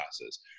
classes